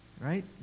Right